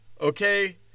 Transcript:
Okay